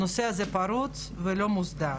הנושא הזה פרוץ ולא מוסדר.